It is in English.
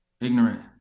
ignorant